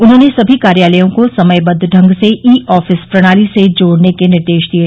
उन्होंने सभी कार्यालयों को समयबद्ध ढंग से ई आफिस प्रणाली से जोड़ने के निर्देश दिये